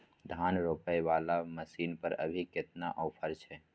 धान रोपय वाला मसीन पर अभी केतना ऑफर छै?